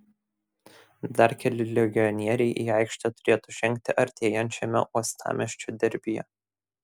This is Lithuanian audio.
dar keli legionieriai į aikštę turėtų žengti artėjančiame uostamiesčio derbyje